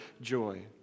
joy